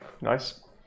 nice